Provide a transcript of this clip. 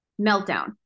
meltdown